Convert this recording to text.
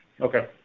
Okay